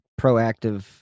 proactive